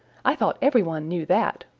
i thought every one knew that.